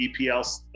EPL